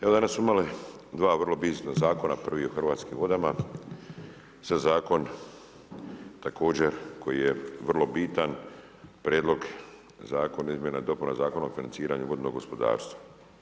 Evo danas smo imali dva vrlo bitna zakona, prvi je o hrvatskim vodama, sad zakon također koji je vrlo bitan, Prijedlog zakona o izmjenama i dopuna Zakona o financiranju vodnog gospodarstva.